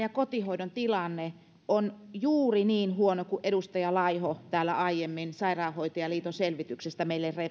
ja kotihoidon tilanne on juuri niin huono kuin edustaja laiho täällä aiemmin sairaanhoitajaliiton selvityksestä meille